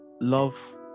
Love